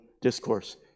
discourse